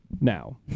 now